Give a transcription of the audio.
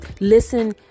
Listen